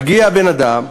מגיע הבן-אדם,